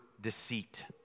deceit